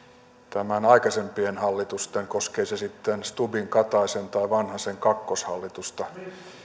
tämän aikaisempien hallitusten koskee se sitten stubbin tai kataisen hallitusta tai vanhasen kakkoshallitusta